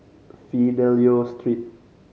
Fidelio Street